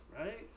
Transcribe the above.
right